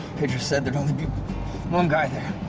pedro said there'd only be one guy there.